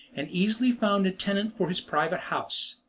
and easily found a tenant for his private house.